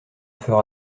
fera